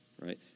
right